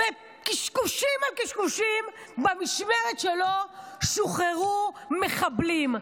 בקשקושים על קשקושים, במשמרת שלו שוחררו מחבלים.